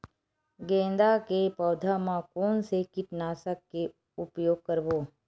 गेंदा के पौधा म कोन से कीटनाशक के उपयोग करबो?